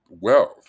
Wealth